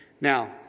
Now